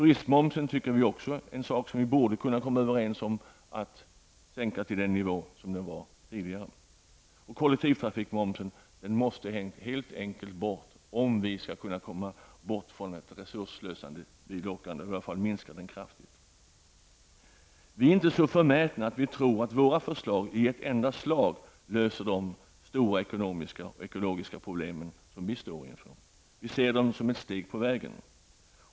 Vi tycker också att man borde kunna komma överens om att sänka turistmomsen till den nivå som den hade tidigare. Kollektivtrafikmomsen måste helt enkelt tas bort om vi skall kunna komma bort från det resursslösande bilåkandet, eller åtminstone minska det kraftigt. Vi är inte så förmätna att vi tror att våra förslag i ett enda slag löser de stora ekonomiska och ekologiska problem som vi står inför. Vi ser dem som steg på vägen.